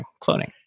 cloning